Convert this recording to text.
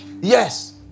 Yes